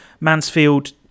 Mansfield